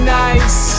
nice